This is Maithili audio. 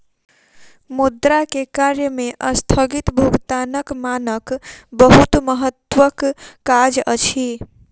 मुद्रा के कार्य में अस्थगित भुगतानक मानक बहुत महत्वक काज अछि